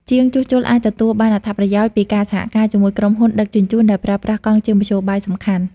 ជាងជួសជុលអាចទទួលបានអត្ថប្រយោជន៍ពីការសហការជាមួយក្រុមហ៊ុនដឹកជញ្ជូនដែលប្រើប្រាស់កង់ជាមធ្យោបាយសំខាន់។